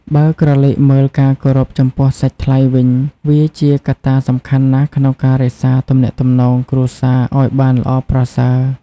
បើក្រលែកមើលការគោរពចំពោះសាច់ថ្លៃវិញ វាជាកត្តាសំខាន់ណាស់ក្នុងការរក្សាទំនាក់ទំនងគ្រួសារឲ្យបានល្អប្រសើរ។